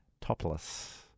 topless